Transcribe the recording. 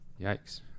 yikes